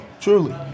truly